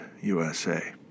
USA